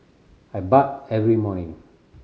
I bathe every morning